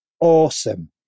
awesome